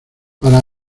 para